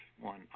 One